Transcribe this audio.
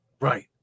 Right